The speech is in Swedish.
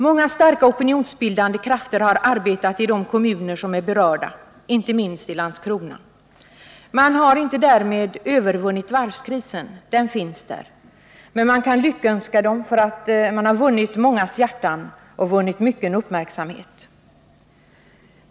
Många starka opinionsbildande krafter har arbetat i de kommuner som är berörda, inte minst i Landskrona. De har därmed inte övervunnit varvskrisen — den finns där — men man kan lyckönska dem till att ha vunnit mångas hjärtan och vunnit mycken uppmärksamhet.